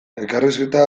elkarrizketa